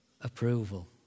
Approval